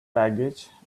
baggage